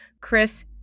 Chris